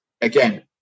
again